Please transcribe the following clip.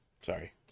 Sorry